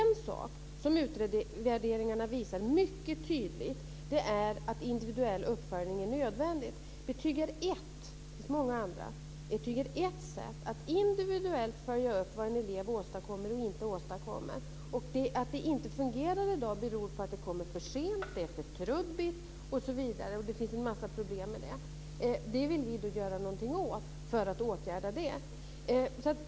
Något som utvärderingarna mycket tydligt visar är att individuell uppföljning är nödvändig. Betyg är ett sätt - det finns många andra - att individuellt följa upp vad en elev åstadkommer eller inte åstadkommer. Att det inte fungerar i dag beror på att det kommer för sent, är för trubbigt osv., och en massa problem är förenade med det. Vi vill göra någonting för att åtgärda det.